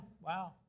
wow